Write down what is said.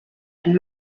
and